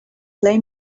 play